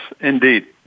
indeed